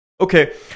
okay